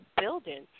building